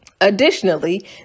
Additionally